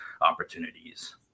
opportunities